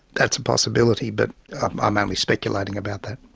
that's a possibility, but i'm only speculating about that.